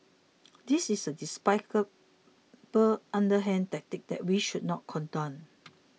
this is a underhand tactic that we should not condone